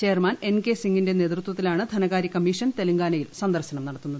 chairman N K സിംഗിന്റെ നേതൃത്വത്തിലാണ് ധനകാര്യ കമ്മീഷൻ തെലങ്കാനയിൽ സന്ദർശനം നടത്തുന്നത്